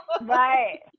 Right